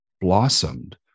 blossomed